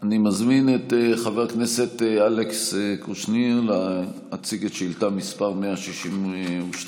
אני מזמין את חבר הכנסת אלכס קושניר להציג את שאילתה מס' 162,